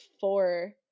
four